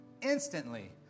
instantly